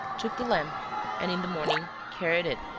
took the lamp and, in the morning, carried it.